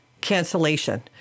cancellation